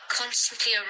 constantly